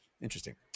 Interesting